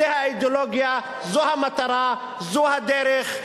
זו האידיאולוגיה, זו המטרה, זו הדרך.